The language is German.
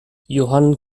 johann